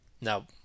Now